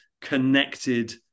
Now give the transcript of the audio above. connected